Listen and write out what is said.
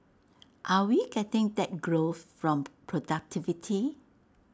are we getting that growth from productivity